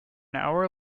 hour